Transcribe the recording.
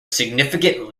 significant